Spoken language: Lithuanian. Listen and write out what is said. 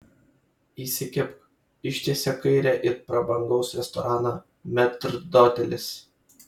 įsikibk ištiesia kairę it prabangaus restorano metrdotelis